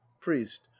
priest